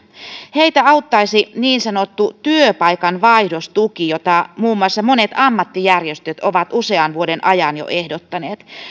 heitä auttaisi niin sanottu työpaikan vaihdostuki jota muun muassa monet ammattijärjestöt ovat jo usean vuoden ajan ehdottaneet